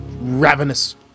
ravenous